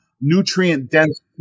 nutrient-dense